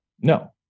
No